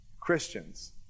Christians